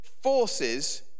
forces